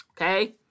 okay